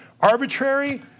arbitrary